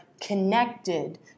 connected